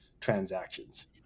transactions